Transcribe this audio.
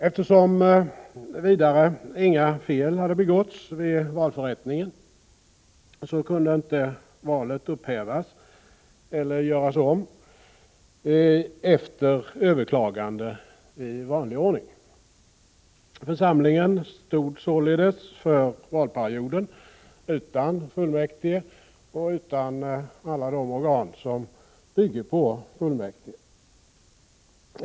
Eftersom vidare inga fel hade begåtts vid valförrättningen kunde inte valet upphävas eller göras om efter överklagande i vanlig ordning. Församlingen stod således för valperioden utan fullmäktige och utan alla de organ som bygger på fullmäktige.